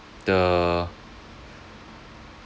the